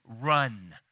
run